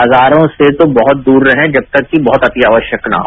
बाजारों से जो बहुतदूर रहे जब तक की बहुत अति आवश्यक न हो